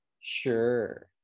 Sure